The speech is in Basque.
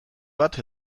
bat